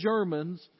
Germans